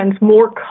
more